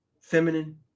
feminine